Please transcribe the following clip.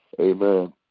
Amen